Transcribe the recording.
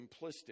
simplistic